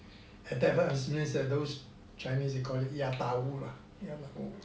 attap means those chinese they call it 亚答屋啦亚答屋